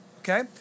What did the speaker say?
Okay